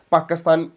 Pakistan